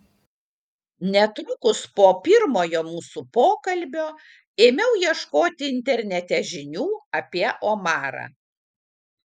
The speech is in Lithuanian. netrukus po pirmojo mūsų pokalbio ėmiau ieškoti internete žinių apie omarą